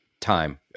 time